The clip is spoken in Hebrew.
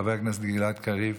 חבר הכנסת גלעד קריב,